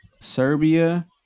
Serbia